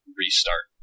restart